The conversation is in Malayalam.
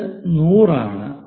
ഇത് 100 ആണ്